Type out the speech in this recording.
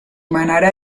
manera